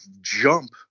jump